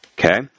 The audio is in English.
Okay